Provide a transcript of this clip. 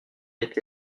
été